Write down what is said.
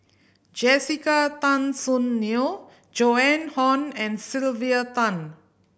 Jessica Tan Soon Neo Joan Hon and Sylvia Tan